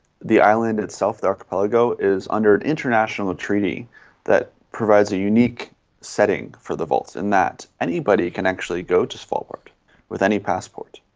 the island itself, the archipelago, is under an international treaty that provides a unique setting for the vaults, in that anybody can actually go to svarlbard with any passport,